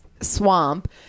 swamp